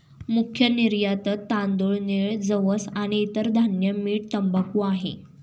मुख्य निर्यातत तांदूळ, नीळ, जवस आणि इतर धान्य, मीठ, तंबाखू आहे